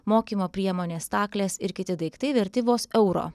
mokymo priemonės staklės ir kiti daiktai verti vos euro